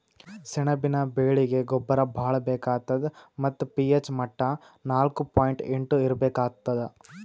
ಸೆಣಬಿನ ಬೆಳೀಗಿ ಗೊಬ್ಬರ ಭಾಳ್ ಬೇಕಾತದ್ ಮತ್ತ್ ಪಿ.ಹೆಚ್ ಮಟ್ಟಾ ನಾಕು ಪಾಯಿಂಟ್ ಎಂಟು ಇರ್ಬೇಕಾಗ್ತದ